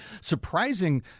surprising